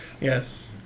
yes